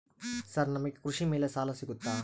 Sir ನಮಗೆ ಕೃಷಿ ಮೇಲೆ ಸಾಲ ಸಿಗುತ್ತಾ?